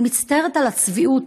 אני מצטערת על הצביעות,